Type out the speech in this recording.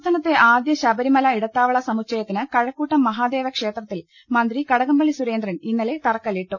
സംസ്ഥാനത്തെ ആദ്യ ശബരിമല ഇടത്താവള സ്മുച്ചയത്തിന് കഴ ക്കൂട്ടം മഹാദേവ ക്ഷേത്രത്തിൽ മന്ത്രി കടക്ംപള്ളി സുരേന്ദ്രൻ ഇന്നലെ തറക്കല്ലിട്ടു